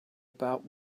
about